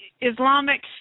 Islamic